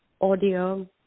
audio